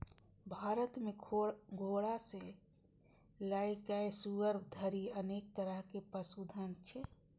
भारत मे घोड़ा सं लए कए सुअर धरि अनेक तरहक पशुधन छै